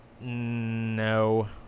No